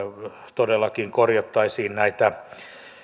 todellakin korjattaisiin näitä